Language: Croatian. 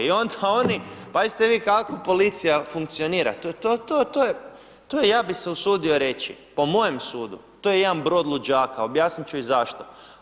I onda oni, pazite vi kako policija funkcionira to je ja bi se usudio reći, po mojem sudu to je jedan brod luđaka, objasnit ću i zašto.